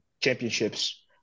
championships